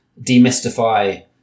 demystify